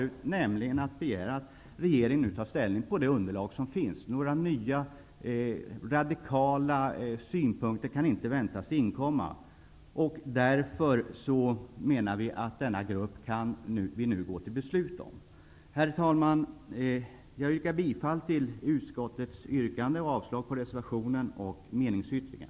Det gäller alltså att begära att regeringen nu tar ställning utifrån det underlag som finns. Några nya radikala synpunkter väntas inte. Därför menar jag att vi nu kan gå till beslut om naprapaterna. Herr talman! Jag yrkar bifall till utskottets hemställan och avslag på reservationen och meningsyttringen.